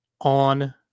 on